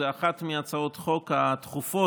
זו אחת מהצעות החוק הדחופות